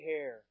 hair